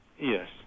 Yes